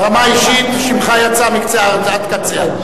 ברמה האישית שמך יצא מקצה הארץ עד קצה.